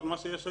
מה שיש היום,